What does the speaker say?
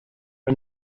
are